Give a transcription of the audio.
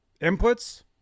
Inputs